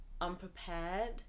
unprepared